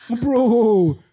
Bro